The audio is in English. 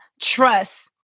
trust